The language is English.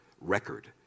record